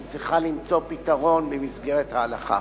היא צריכה למצוא פתרון במסגרת ההלכה.